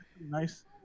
Nice